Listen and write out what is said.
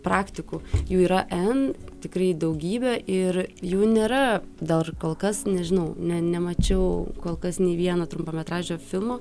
praktikų jų yra n tikrai daugybė ir jų nėra dar kol kas nežinau ne nemačiau kol kas nei vieno trumpametražio filmo